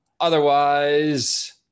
Otherwise